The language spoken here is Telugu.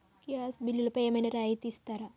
గ్యాస్ బిల్లుపై ఏమైనా రాయితీ ఇస్తారా?